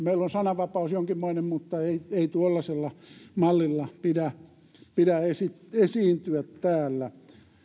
meillä on sananvapaus jonkinmoinen mutta ei tuollaisella mallilla pidä pidä esiintyä täällä